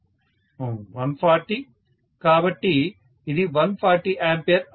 professor 140 కాబట్టి ఇది 140 A అవుతుంది